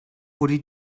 wurde